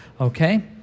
okay